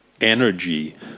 energy